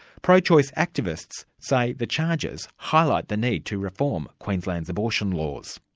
pro-choice activists say the charges highlight the need to reform queensland's abortion laws.